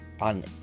on